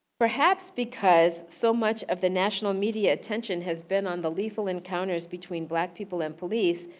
perhaps because so much of the national media attention has been on the lethal encounters between black people and police.